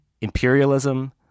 imperialism